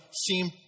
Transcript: seem